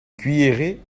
cuillerée